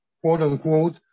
quote-unquote